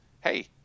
hey